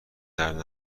درد